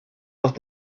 los